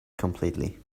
completely